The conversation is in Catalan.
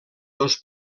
dos